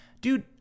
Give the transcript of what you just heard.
Dude